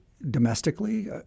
domestically